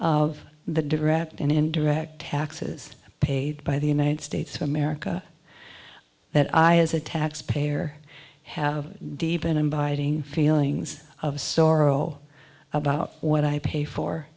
and indirect taxes paid by the united states of america that i as a taxpayer have deep in inviting feelings of sorrow about what i pay for